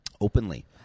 openly